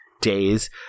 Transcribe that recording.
days